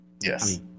Yes